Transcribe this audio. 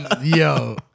Yo